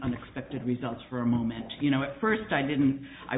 unexpected results for a moment you know at first i didn't i